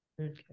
Okay